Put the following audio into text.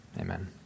Amen